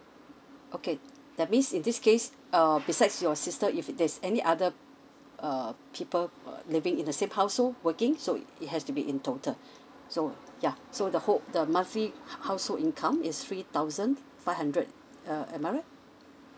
okay that means in this case um besides your sister if there's any other uh people uh living in the same household working so it has to be in total so yeuh so the hold the monthly household income is three thousand five hundred uh am I right